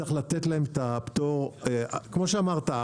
צריך לתת להם את הפטור כמו שאמרת,